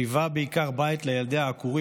שהיווה בית לילדי העקורים,